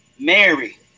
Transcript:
Mary